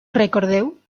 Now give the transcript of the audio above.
recordeu